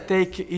Take